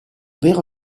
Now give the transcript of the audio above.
vero